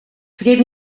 vergeet